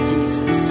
Jesus